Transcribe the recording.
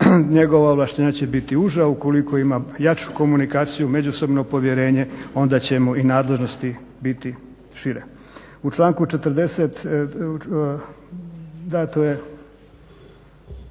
njegova ovlaštenja će biti uža, ukoliko ima jaču komunikaciju međusobno povjerenje onda će mu i nadležnosti biti šire. U članku 40. dato je